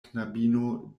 knabino